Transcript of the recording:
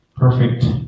Perfect